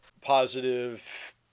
positive